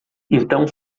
então